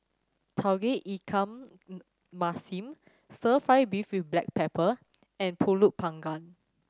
tauge ikan masin Stir Fry beef with black pepper and Pulut Panggang